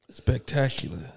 Spectacular